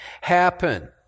happen